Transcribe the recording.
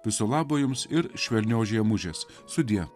viso labo jums ir švelnios žiemužės sudie